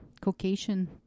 Caucasian